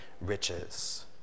riches